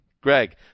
Greg